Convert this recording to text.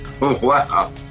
Wow